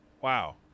wow